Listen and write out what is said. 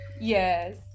Yes